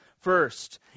First